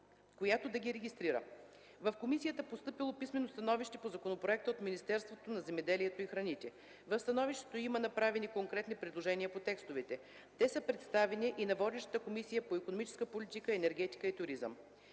която да ги регистрира. В комисията е постъпило писмено становище по законопроекта от Министерството на земеделието и храните. В становището има направени конкретни предложения по текстовете. Те са предоставени и на водещата Комисия по икономическа политика, енергетика и туризъм.